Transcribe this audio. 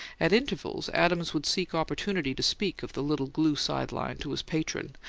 at intervals adams would seek opportunity to speak of the little glue side-line to his patron,